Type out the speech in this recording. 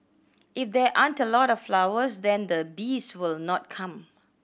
if there aren't a lot of flowers then the bees will not come